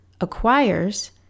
acquires